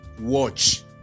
watch